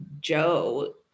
Joe